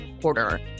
quarter